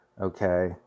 okay